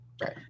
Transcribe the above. Right